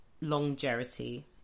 longevity